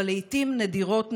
אבל לעיתים נדירות נאכף.